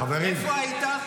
איפה היית?